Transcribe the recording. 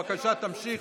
בבקשה, תמשיך.